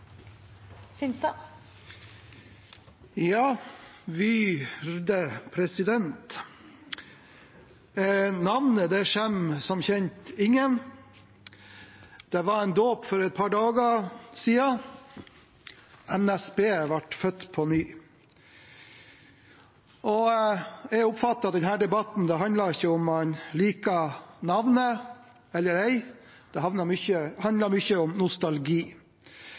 president, navnet skjemmer som kjent ingen. Det var en dåp for et par dager siden, NSB ble født på ny. Jeg oppfatter denne debatten slik: Det handler ikke om hvorvidt man liker navnet eller ei, det handler mye om nostalgi.